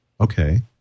Okay